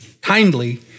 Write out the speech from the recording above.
kindly